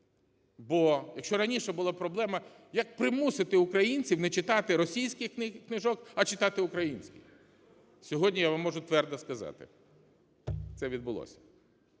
Бо, якщо раніше була проблема, як примусити українців не читати російських книжок, а читати українські, сьогодні я вам можу твердо сказати: це відбулося.